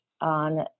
on